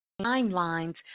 timelines